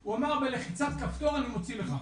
הוא אמר 'בלחיצת כפתור אני מוציא לך'.